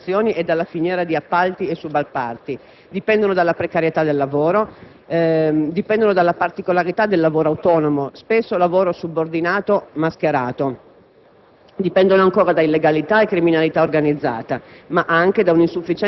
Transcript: dalla disarticolazione produttiva derivante dalle numerose esternalizzazioni e dalla filiera di appalti e subappalti; dipendono dalla precarietà del lavoro; dipendono dalla particolarità del lavoro autonomo, spesso lavoro subordinato mascherato;